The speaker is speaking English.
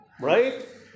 right